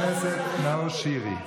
חבר הכנסת נאור שירי.